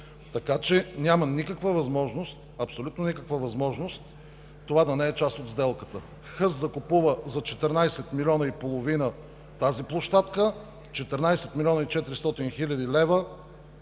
Така че няма никаква възможност, абсолютна никаква възможност, това да не е част от сделката. „Хъс“ закупува за 14,5 милиона тази площадка, 14 млн. 400 хил. лв.